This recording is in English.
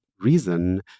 reason